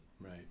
Right